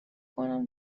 کنم